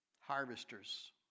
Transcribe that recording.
harvesters